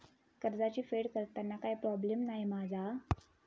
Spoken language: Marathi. कर्जाची फेड करताना काय प्रोब्लेम नाय मा जा?